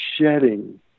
shedding